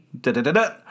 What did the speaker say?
da-da-da-da